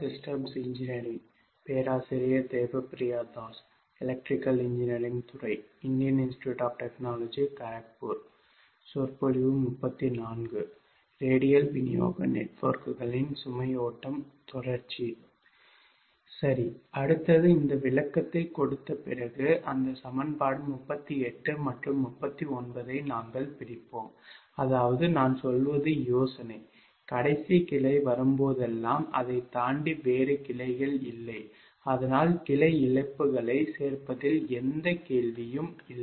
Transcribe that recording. சரி அடுத்தது இந்த விளக்கத்தை கொடுத்த பிறகு அந்த சமன்பாடு 38 மற்றும் 39 ஐ நாங்கள் பிரிப்போம் அதாவது நான் சொல்வது யோசனை கடைசி கிளை வரும்போதெல்லாம் அதைத் தாண்டி வேறு கிளைகள் இல்லை அதனால் கிளை இழப்புகளைச் சேர்ப்பதில் எந்த கேள்வியும் இல்லை